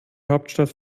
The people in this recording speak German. hauptstadt